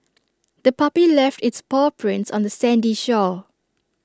the puppy left its paw prints on the sandy shore